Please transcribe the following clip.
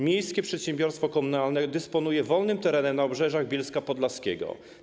Miejskie przedsiębiorstwo komunalne dysponuje wolnym terenem na obrzeżach Bielska Podlaskiego.